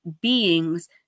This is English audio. beings